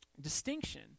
distinction